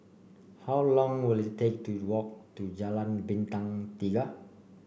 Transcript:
how long will it take to walk to Jalan Bintang Tiga